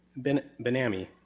Benami